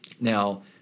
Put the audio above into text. Now